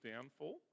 downfall